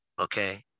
okay